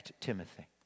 Timothy